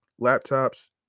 laptops